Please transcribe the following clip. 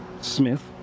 Smith